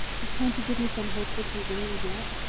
but can't you give me some hope that you will yet?